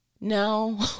No